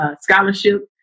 scholarship